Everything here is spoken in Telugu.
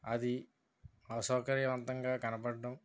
అది అసౌకర్యవంతంగా కనపడడం